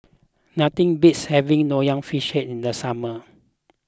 nothing beats having Nonya Fish Head in the summer